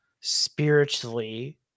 spiritually